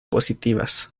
positivas